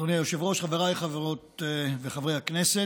אדוני היושב-ראש, חבריי חברות וחברי הכנסת,